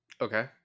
Okay